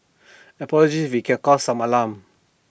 apologies if we can caused some alarm